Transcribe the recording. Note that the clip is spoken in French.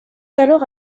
alors